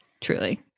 truly